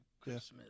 Christmas